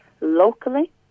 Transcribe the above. Locally